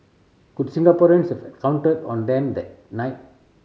could Singaporeans have counted on them that night